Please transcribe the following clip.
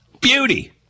Beauty